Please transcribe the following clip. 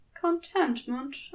contentment